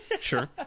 Sure